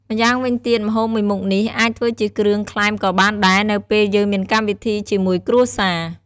ម្យាងវិញទៀតម្ហូបមួយមុខនេះអាចធ្វើជាគ្រឿងក្លែមក៏បានដែរ នៅពេលយើងមានកម្មវិធីជាមួយគ្រួសារ។